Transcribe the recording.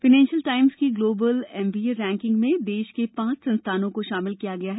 financial times की global MBA ranking में देश के पांच संस्थानों को शामिल किया गया है